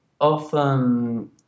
often